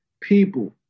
people